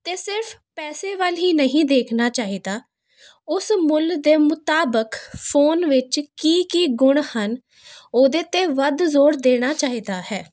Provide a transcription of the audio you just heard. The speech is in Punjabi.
ਅਤੇ ਸਿਰਫ਼ ਪੈਸੇ ਵੱਲ ਹੀ ਨਹੀਂ ਦੇਖਣਾ ਚਾਹੀਦਾ ਉਸ ਮੁੱਲ ਦੇ ਮੁਤਾਬਕ ਫੋਨ ਵਿੱਚ ਕੀ ਕੀ ਗੁਣ ਹਨ ਉਹਦੇ 'ਤੇ ਵੱਧ ਜ਼ੋਰ ਦੇਣਾ ਚਾਹੀਦਾ ਹੈ